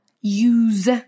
use